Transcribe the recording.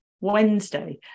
Wednesday